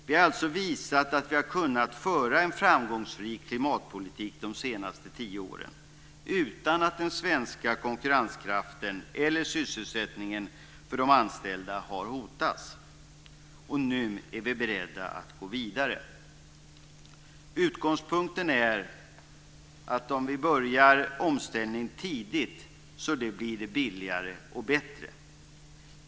Vi har alltså visat att vi har kunnat föra en framgångsrik klimatpolitik de senaste tio åren utan att den svenska konkurrenskraften eller sysselsättningen för de anställda har hotats. Nu är vi beredda att gå vidare. Utgångspunkten är att om vi börjar omställningen tidigt blir det billigare och bättre.